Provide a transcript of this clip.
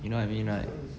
you know what I mean right